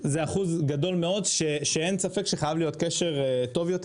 זה אחוז גדול מאוד שאין ספק שחייב להיות קשר טוב יותר.